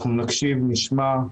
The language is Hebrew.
אנחנו נקשיב, נשמע,